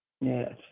Yes